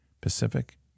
Pacific